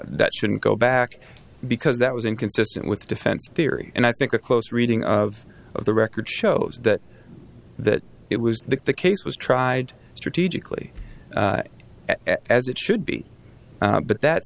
that shouldn't go back because that was inconsistent with the defense theory and i think a close reading of the record shows that that it was that the case was tried strategically as it should be but that